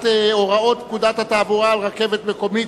הוראות פקודת התעבורה על רכבת מקומית,